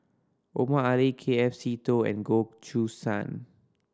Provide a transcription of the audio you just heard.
Omar Ali K F Seetoh and Goh Choo San